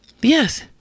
Yes